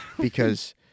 because-